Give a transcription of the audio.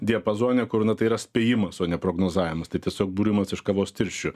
diapazone kur na tai yra spėjimas o ne prognozavimas tai tiesiog būrimas iš kavos tirščių